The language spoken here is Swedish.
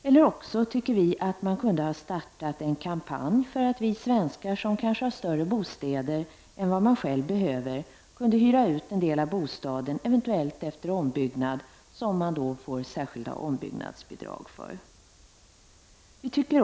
Vi tycker att man borde ha kunnat starta en kampanj för att vi svenskar, som kanske har en större bostad än vad vi själv behöver, skulle hyra ut en del av bostaden, eventuellt efter en ombyggnad som man får särskilt ombyggnadsbidrag för.